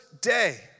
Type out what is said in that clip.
day